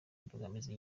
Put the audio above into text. imbogamizi